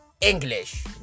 English